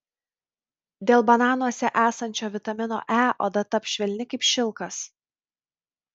dėl bananuose esančio vitamino e oda taps švelni kaip šilkas